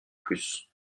plus